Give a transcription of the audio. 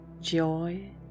joy